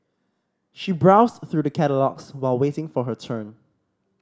she browsed through the catalogues while waiting for her turn